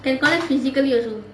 can collect physically also